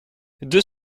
deux